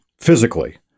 physically